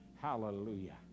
Hallelujah